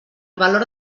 valor